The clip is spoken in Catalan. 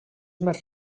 més